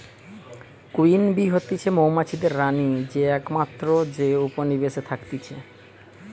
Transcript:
queen bee হতিছে মৌমাছিদের রানী যে একমাত্র যে উপনিবেশে থাকতিছে